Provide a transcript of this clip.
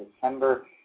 December